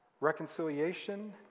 reconciliation